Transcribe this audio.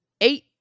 eight